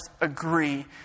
agree